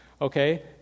okay